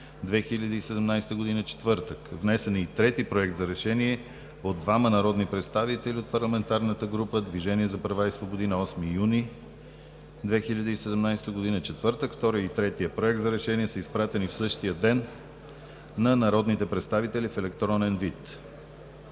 2017 г., четвъртък. Внесен е и трети проект за решение от двама народни представители от парламентарната група „Движение за права и свободи“ на 8 юни 2017 г., четвъртък. Вторият и третият проект за решение са изпратени в същия ден на народните представители в електронен вид.